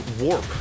Warp